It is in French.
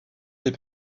des